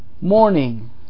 morning